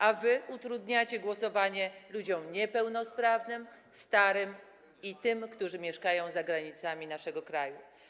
A wy utrudniacie głosowanie ludziom niepełnosprawnym, starym i tym, którzy mieszkają za granicami naszego kraju.